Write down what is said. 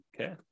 Okay